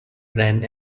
ran